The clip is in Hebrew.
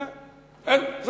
במשולש.